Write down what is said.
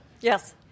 Yes